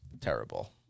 terrible